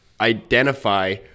identify